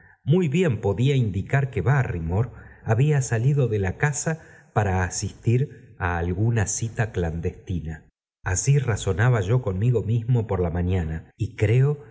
muy bien podía indicar que barrymore habla salido de la casa para asistir á alguna cita clandestina así razonaba yo conmigo mismo por la mañana y creo